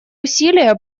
усилия